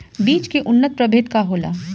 बीज के उन्नत प्रभेद का होला?